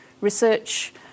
research